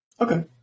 Okay